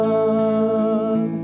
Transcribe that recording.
God